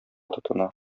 тотына